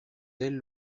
elles